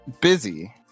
busy